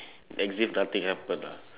as if nothing happened lah